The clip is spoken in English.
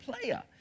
player